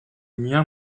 miens